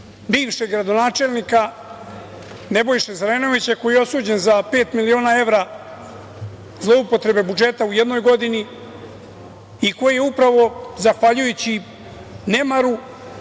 bivšeg gradonačelnika Nebojše Zelenovića, koji je osuđen za pet miliona evra zloupotrebe budžeta u jednoj godini i koji je upravo zahvaljujući nemaru,